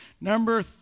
Number